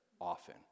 often